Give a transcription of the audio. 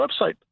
website